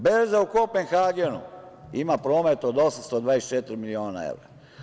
Berza u Kopenhagenu ima promet od 824 miliona evra.